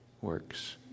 works